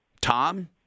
Tom